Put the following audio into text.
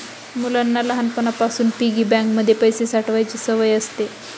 मुलांना लहानपणापासून piggy bank मध्ये पैसे साठवायची सवय असते